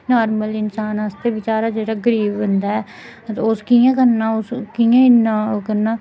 normal इंसान आस्तै बचैरा जेह्ड़ा गरीब बंदा ऐ उस कि'यां करना होग उस कि'यां इन्ना करना